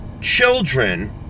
children